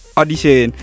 audition